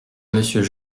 monsieur